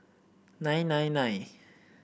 nine nine nine